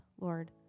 Lord